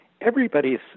everybody's